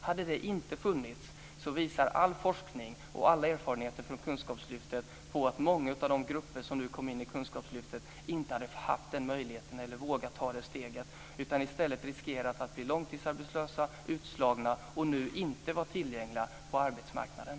Hade det inte funnits visar all forskning och alla erfarenheter från Kunskapslyftet på att många av de grupper som nu kom in i Kunskapslyftet inte hade haft den möjligheten eller vågat ta det steget, utan i stället riskerat att bli långtidsarbetslösa, utslagna och att nu inte vara tillgängliga på arbetsmarknaden.